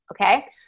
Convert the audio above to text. Okay